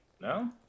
no